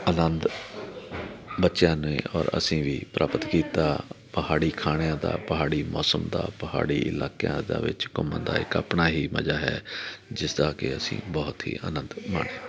ਆਨੰਦ ਬੱਚਿਆਂ ਨੇ ਔਰ ਅਸੀਂ ਵੀ ਪ੍ਰਾਪਤ ਕੀਤਾ ਪਹਾੜੀ ਖਾਣਿਆਂ ਦਾ ਪਹਾੜੀ ਮੌਸਮ ਦਾ ਪਹਾੜੀ ਇਲਾਕਿਆਂ ਦਾ ਵਿੱਚ ਘੁੰਮਣ ਦਾ ਇੱਕ ਆਪਣਾ ਹੀ ਮਜ਼ਾ ਹੈ ਜਿਸ ਦਾ ਕਿ ਅਸੀਂ ਬਹੁਤ ਹੀ ਆਨੰਦ ਮਾਣਿਆ